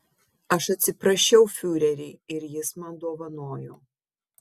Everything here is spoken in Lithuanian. aš atsiprašiau fiurerį ir jis man dovanojo